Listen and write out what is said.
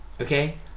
okay